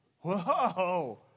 Whoa